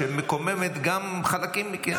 שגם מקוממת חלקים ניכרים,